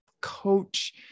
coach